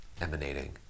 emanating